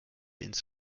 ins